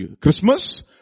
Christmas